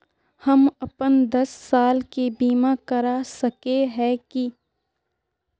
हम अपन दस साल के बीमा करा सके है की?